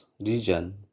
region